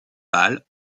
pâle